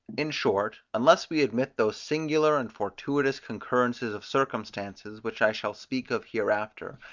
in short, unless we admit those singular and fortuitous concurrences of circumstances, which i shall speak of hereafter,